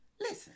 Listen